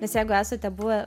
nes jeigu esate buvę